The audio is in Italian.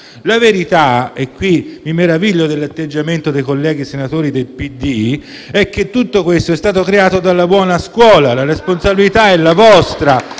La verità - e qui mi meraviglio dell'atteggiamento dei colleghi senatori del PD - è che tutto questo è stato creato dalla buona scuola. La responsabilità è la vostra.